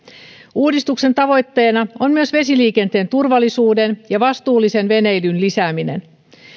uudistuksen tavoitteena on myös vesiliikenteen turvallisuuden ja vastuullisen veneilyn lisääminen